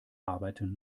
arbeiten